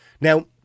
Now